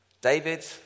David